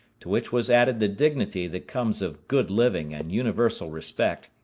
to which was added the dignity that comes of good living and universal respect,